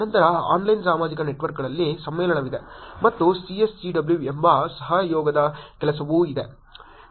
ನಂತರ ಆನ್ಲೈನ್ ಸಾಮಾಜಿಕ ನೆಟ್ವರ್ಕ್ಗಳಲ್ಲಿ ಸಮ್ಮೇಳನವಿದೆ ಮತ್ತು CSCW ಎಂಬ ಸಹಯೋಗದ ಕೆಲಸವೂ ಇದೆ